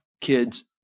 kids